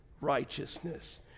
righteousness